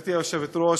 גברתי היושבת-ראש,